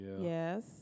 Yes